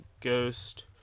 Ghost